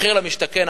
מחיר למשתכן,